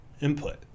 input